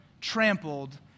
trampled